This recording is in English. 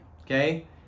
Okay